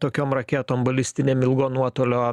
tokiom raketom balistinėm ilgo nuotolio